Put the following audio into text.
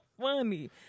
funny